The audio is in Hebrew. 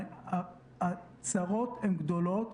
הצרות גדולות,